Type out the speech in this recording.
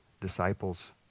disciples